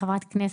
כחברת כנסת,